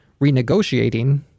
renegotiating